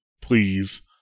please